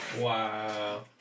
Wow